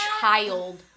child